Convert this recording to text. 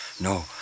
No